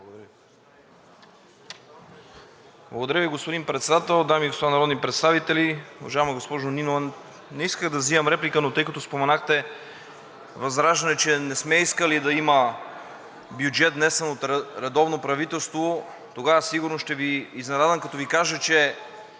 Благодаря Ви, господин Председател. Дами и господа народни представители! Уважаема госпожо Нинова, не исках да взимам реплика, но тъй като споменахте ВЪЗРАЖДАНЕ, че не сме искали да има бюджет, внесен от редовно правителство, тогава сигурно ще Ви изненадам, като Ви кажа, че